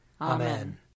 Amen